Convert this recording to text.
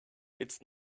it’s